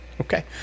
Okay